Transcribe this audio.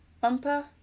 Bumper